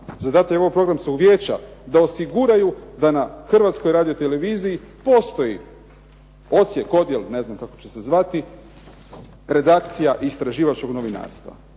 zadatak je ovog programskog Vijeća da osiguraju da na Hrvatskoj radioteleviziji postoji odsjek, odjel ne znam kako će se zvati, redakcija istraživačkog novinarstva,